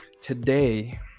Today